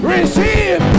Receive